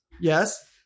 yes